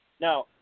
Now